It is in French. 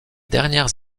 dernières